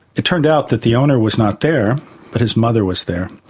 it turned out that the owner was not there but his mother was there,